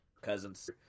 cousins